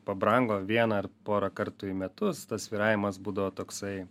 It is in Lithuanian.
pabrango vieną ar porą kartų į metus tas svyravimas būdavo toksai